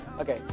Okay